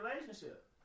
relationship